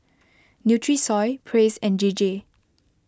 Nutrisoy Praise and J J